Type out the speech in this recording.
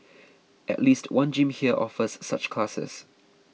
at least one gym here offers such classes